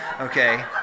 Okay